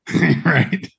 Right